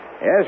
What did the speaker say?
Yes